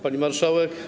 Pani Marszałek!